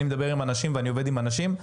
אני מדבר עם אנשים ואני עובד עם אנשים,